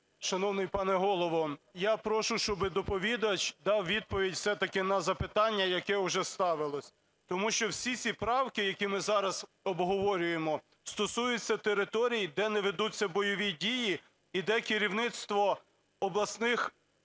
Шановний пане Голово, я прошу, щоби доповідач дав відповідь все-таки на запитання, яке вже ставилось. Тому що всі ці правки, які ми зараз обговорюємо, стосуються територій, де не ведуться бойові дії і де керівництво обласних